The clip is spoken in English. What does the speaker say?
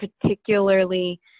particularly